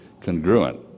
congruent